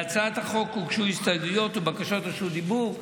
להצעת החוק הוגשו הסתייגויות ובקשות רשות דיבור.